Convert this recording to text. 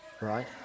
right